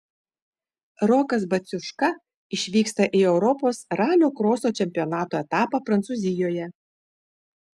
rokas baciuška išvyksta į europos ralio kroso čempionato etapą prancūzijoje